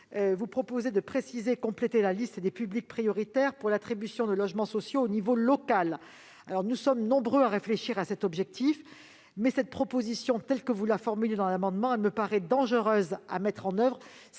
vous proposez de préciser et de compléter la liste des publics prioritaires pour l'attribution de logements sociaux au niveau local. Nous sommes nombreux à réfléchir à cet objectif, mais votre proposition me paraît dangereuse à mettre en oeuvre